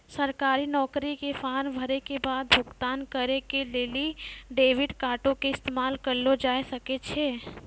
सरकारी नौकरी के फार्म भरै के बाद भुगतान करै के लेली डेबिट कार्डो के इस्तेमाल करलो जाय सकै छै